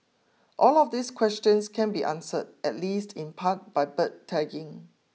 all of these questions can be answered at least in part by bird tagging